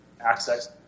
access